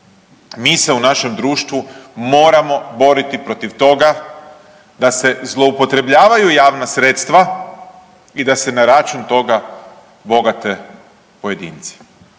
Mi se u našem društvu moramo boriti protiv toga da se zloupotrebljavaju javna sredstva i da se na račun toga bogate pojedinci.